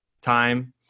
time